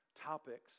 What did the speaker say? topics